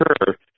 occur